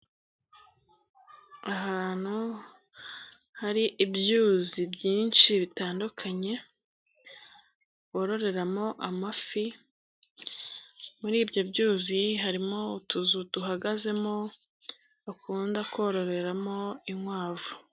Ahantu hari ibyuzi byinshi bitandukanye bororeramo amafi muri ibyo byuzi harimo utuzu duhagazemo bakunda kororeramo inkwavu.